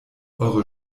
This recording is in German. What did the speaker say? eure